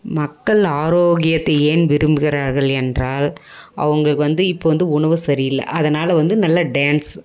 மக்கள் ஆரோக்கியத்தை ஏன் விரும்புகிறார்கள் என்றால் அவங்களுக்கு வந்து இப்போது வந்து உணவு சரியில்லை அதனால் வந்து நல்ல டேன்ஸ்